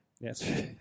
Yes